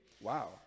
Wow